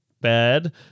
Bad